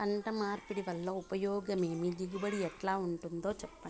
పంట మార్పిడి వల్ల ఉపయోగం ఏమి దిగుబడి ఎట్లా ఉంటుందో చెప్పండి?